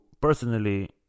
personally